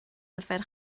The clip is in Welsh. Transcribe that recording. arfer